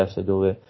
dove